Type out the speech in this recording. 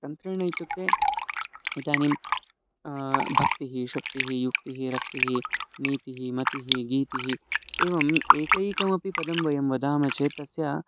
तन्त्रेण इत्युक्ते इदानीं भक्तिः शक्तिः युक्तिः रक्तिः नीतिः मतिः वीतिः एवम् एकैकमपि पदं वयं वदामश्चेत् तस्य